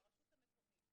לרשות המקומית,